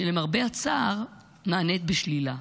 שלמרבה הצער נענית בשלילה.